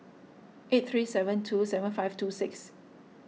eight three seven two seven five two six